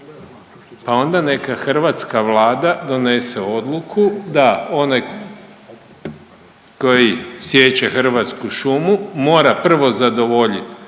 Pa onda neka hrvatska Vlada donese odluku da onaj koji siječe hrvatsku šumu mora prvo zadovoljiti